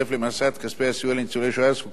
הסיוע לניצולי השואה הזקוקים לכך ולהנצחה,